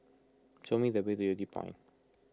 show me the way to Yew Tee Point